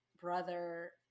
brother